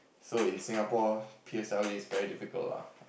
so in Singapore P_S_L_E is very difficult lah